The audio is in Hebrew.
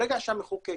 ברגע שהמחוקק